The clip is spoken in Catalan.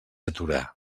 aturar